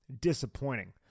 disappointing